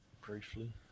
Briefly